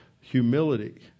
humility